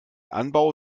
anbau